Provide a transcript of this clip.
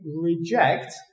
reject